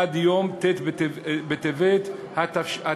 עד יום ט' בטבת התשע"ה,